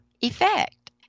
effect